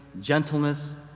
gentleness